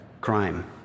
crime